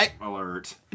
alert